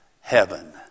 heaven